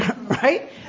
right